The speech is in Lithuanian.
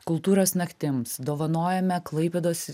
kultūros naktims dovanojame klaipėdos